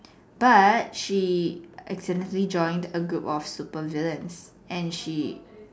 but she accidentally joined a group of super villains and she